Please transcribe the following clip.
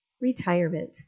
Retirement